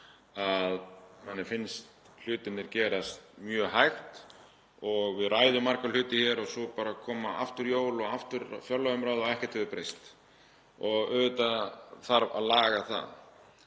að manni finnst hlutirnir gerast mjög hægt og við ræðum um marga hluti hér og svo bara koma aftur jól og aftur fjárlagaumræða og ekkert hefur breyst. Auðvitað þarf að laga það.